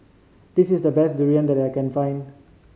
this is the best durian that I can find